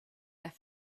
their